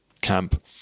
camp